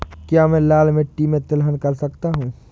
क्या मैं लाल मिट्टी में तिलहन कर सकता हूँ?